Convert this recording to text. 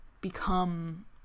become